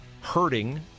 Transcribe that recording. hurting